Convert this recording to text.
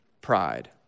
Pride